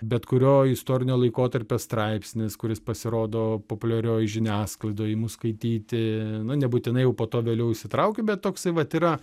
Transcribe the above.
bet kurio istorinio laikotarpio straipsnis kuris pasirodo populiarioj žiniasklaidoj imu skaityti nu nebūtinai jau po to vėliau įsitraukiu bet toksai vat yra